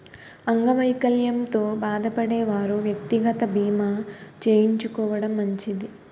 అంగవైకల్యంతో బాధపడే వారు వ్యక్తిగత బీమా చేయించుకోవడం మంచిది